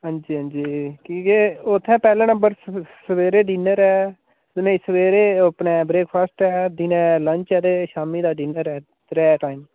हां जी हां जी कि के उत्थें पैह्ले नंबर सवेरे डिनर ऐ नेईं सवेरे अपने ब्रेकफास्ट ऐ दिनै लंच ऐ ते शाम्मी दा डिनर ऐ त्रै टाइम